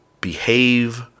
behave